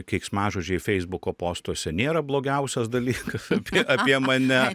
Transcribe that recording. keiksmažodžiai feisbuko postuose nėra blogiausias dalykas apie apie mane